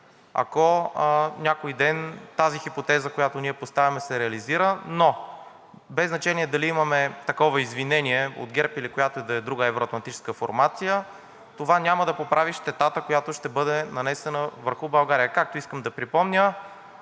ако някой ден тази хипотеза, която ние поставяме, се реализира. Но без значение дали имаме такова извинение от ГЕРБ или която и да е друга евро-атлантическа формация, това няма да поправи щетата, която ще бъде нанесена върху България, както искам да припомня,